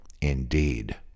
Indeed